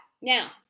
now